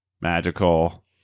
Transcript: magical